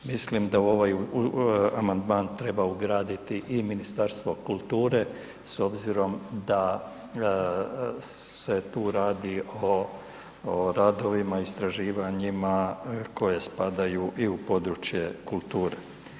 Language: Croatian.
Mislim da u ovaj amandman treba ugraditi i Ministarstvo kulture s obzirom da se tu radi o radovima i istraživanjima koje spadaju i u područje kulture.